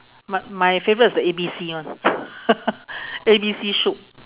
my my favourite is the A B C one A B C soup